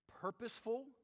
purposeful